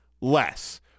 less